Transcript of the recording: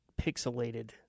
pixelated